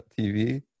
TV